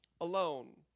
alone